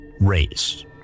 race